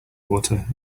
water